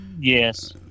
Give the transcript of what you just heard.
yes